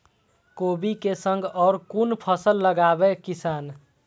कोबी कै संग और कुन फसल लगावे किसान?